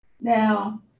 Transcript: Now